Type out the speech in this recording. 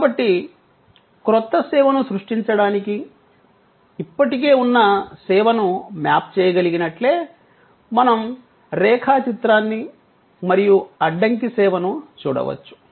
కాబట్టి క్రొత్త సేవను సృష్టించడానికి ఇప్పటికే ఉన్న సేవను మ్యాప్ చేయగలిగినట్లే మనం రేఖా చిత్రాన్ని మరియు అడ్డంకి సేవను చూడవచ్చు